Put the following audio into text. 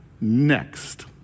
next